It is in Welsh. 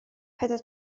pedwar